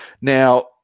Now